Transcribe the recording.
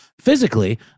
physically